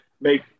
make